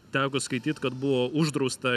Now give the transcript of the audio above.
teko skaityt kad buvo uždrausta